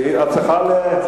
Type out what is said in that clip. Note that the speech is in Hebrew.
זכותה לבקש.